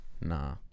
Nah